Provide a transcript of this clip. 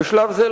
בשלב זה,